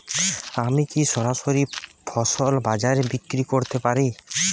আমি কি সরাসরি ফসল বাজারে বিক্রি করতে পারি?